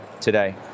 today